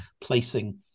placing